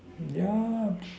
ya